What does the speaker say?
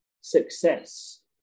success